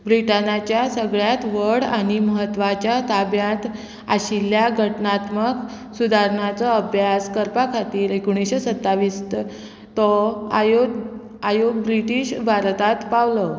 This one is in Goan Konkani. ब्रिटनाच्या सगळ्यांत व्हड आनी म्हत्वाच्या ताब्यांत आशिल्ल्या घटनात्मक सुदारणाचो अभ्यास करपा खातीर एकुणशे सत्तावीस तो आयो आयो ब्रिटीश भारतांत पावलो